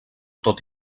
tot